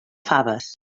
faves